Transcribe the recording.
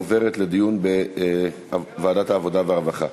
עוברת לדיון בוועדת העבודה והרווחה.